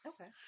okay